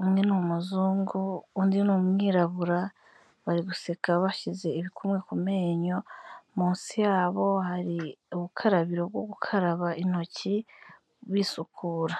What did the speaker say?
umwe ni umuzungu undi ni umwirabura, bari guseka bashyize ibikumwe ku menyo, munsi yabo hari ubukarabiro bwo gukaraba intoki bisukura.